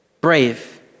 brave